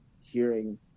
hearing